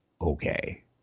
okay